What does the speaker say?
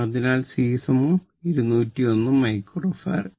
അതിനാൽ C 201 micro farad